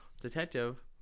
detective